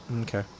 okay